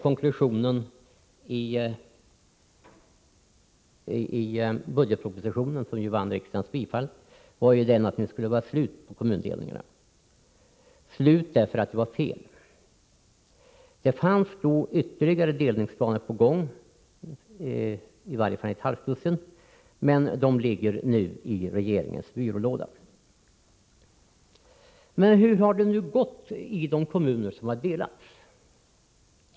Konklusionen i budgetpropositionen, som vann riksdagens bifall, var att det nu skulle vara slut på kommundelningarna — därför att de var fel. Det var då ytterligare delningar på gång —i varje fall ett halvt dussin — men de ärendena ligger nu i regeringens byrålåda. Hur har det nu gått i de kommuner som har delats?